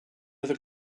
other